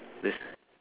the